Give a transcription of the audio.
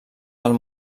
del